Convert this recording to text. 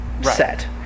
set